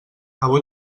avui